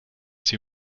sie